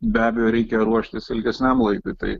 be abejo reikia ruoštis ilgesniam laikui tai